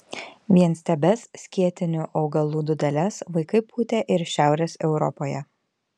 vienstiebes skėtinių augalų dūdeles vaikai pūtė ir šiaurės europoje